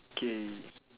okay